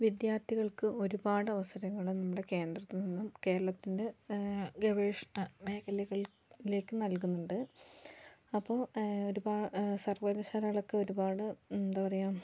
വിദ്യാർത്ഥികൾക്ക് ഒരുപാട് അവസരങ്ങൾ നമ്മുടെ കേന്ദ്രത്തിൽ നിന്നും കേരളത്തിൻ്റെ ഗവേഷണ മേഖലകളിലേക്കു നൽകുന്നുണ്ട് അപ്പോൾ ഒരുപാടു സർവ്വകലാശാലകളൊക്കെ ഒരുപാട് എന്താ പറയുക